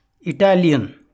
Italian